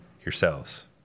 yourselves